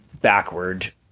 backward